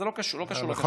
זה לא קשור לכשרות,